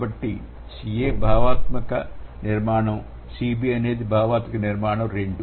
కాబట్టి Ca భావాత్మక నిర్మాణం Cb అనేది భావాత్మక నిర్మాణం2